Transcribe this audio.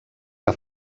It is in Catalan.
que